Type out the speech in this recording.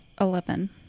Eleven